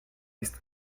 ist